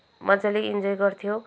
मजाले इन्जोय गर्थ्यौँ